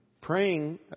Praying